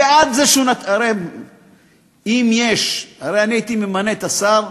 הרי אני הייתי ממנה את השר,